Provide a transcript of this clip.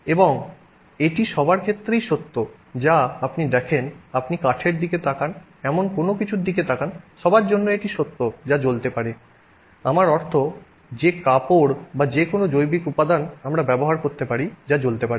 এবং এটি সবার ক্ষেত্রেই সত্য যা আপনি দেখেন আপনি কাঠের দিকে তাকান এমন কোনও কিছুর দিকে তাকান সবার জন্য এটি সত্য যা জ্বলতে পারে আমার অর্থ যে কাপড় বা যে কোনও জৈবিক উপাদান আমরা ব্যবহার করতে পারি যা জ্বলতে পারে